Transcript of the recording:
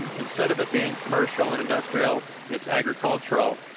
instead of it being commercial and industrial it's agricultural.